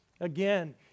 again